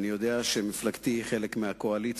אני יודע שמפלגתי היא חלק מהקואליציה,